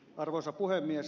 arvoisa puhemies